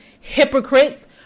hypocrites